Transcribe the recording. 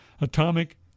Atomic